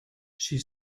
she